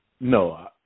No